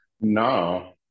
no